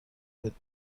بود